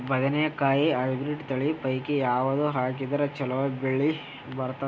ಬದನೆಕಾಯಿ ಹೈಬ್ರಿಡ್ ತಳಿ ಪೈಕಿ ಯಾವದು ಹಾಕಿದರ ಚಲೋ ಬೆಳಿ ಬರತದ?